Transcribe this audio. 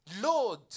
Lord